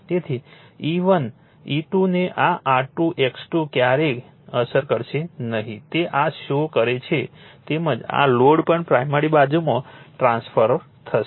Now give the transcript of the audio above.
તેથી E1 E2 ને આ R2 X2 ક્યારેય અસર કરશે નહીં તે આ શો કરે છે તેમજ આ લોડ પણ પ્રાઇમરી બાજુમાં ટ્રાન્સફોર્મ થશે